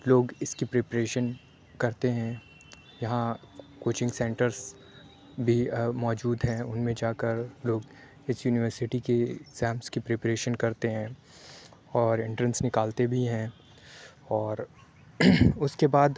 لوگ اِس كی پریپریشن كرتے ہیں یہاں كوچنگ سینٹرس بھی موجود ہیں اُن میں جا كر لوگ اِس یونیورسٹی كی ایگزامس كی پریپریشن کرتے ہیں اور اںٹرنس نكالتے بھی ہیں اور اُس كے بعد